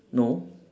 no